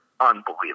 unbelievable